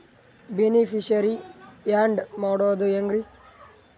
Beneficiary, add ಮಾಡೋದು ಹೆಂಗ್ರಿ?